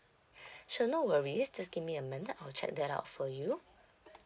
sure no worries just give me a min~ I'll check that out for you